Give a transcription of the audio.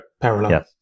Parallel